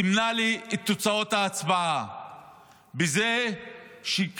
סימנה לי את תוצאות ההצבעה בזה שהיא כתבה: